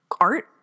art